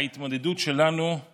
ההתמודדות שלנו היא